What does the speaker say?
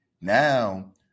now